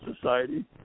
Society